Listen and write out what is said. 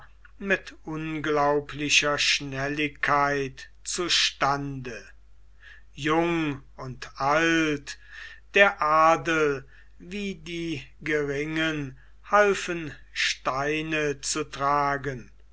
mit unglaublicher schnelligkeit zu stande jung und alt der adel wie die geringen halfen steine zutragen frauen